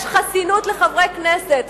יש חסינות לחברי כנסת,